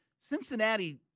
Cincinnati